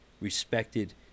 respected